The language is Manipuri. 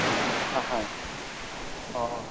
ꯑꯥ ꯍꯥ ꯑꯣ